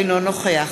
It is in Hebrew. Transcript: אינו נוכח